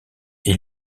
est